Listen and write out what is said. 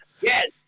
Yes